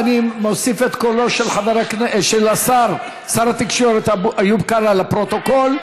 ואני מוסיף את קולו של שר התקשורת איוב קרא לפרוטוקול.